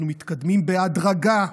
אנחנו מתקדמים בהדרגה.